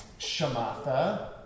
shamatha